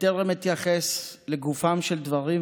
בטרם אתייחס לגופם של דברים,